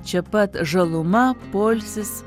čia pat žaluma poilsis